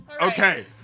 Okay